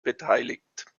beteiligt